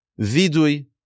vidui